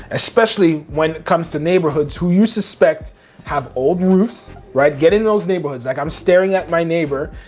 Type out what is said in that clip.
especially when it comes to neighborhoods who you suspect have old roofs, right? get in those neighborhoods. like i'm staring at my neighbor,